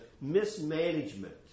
mismanagement